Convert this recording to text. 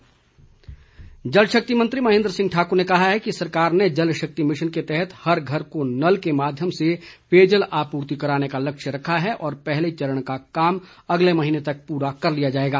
महेंद्र सिंह जल शक्ति मंत्री महेंद्र सिंह ठाकुर ने कहा है कि सरकार ने जल शक्ति मिशन के तहत हर घर को नल के माध्यम से पेयजल आपूर्ति करने का लक्ष्य रखा है और पहले चरण का काम अगले महीने तक पूरा कर लिया जाएगा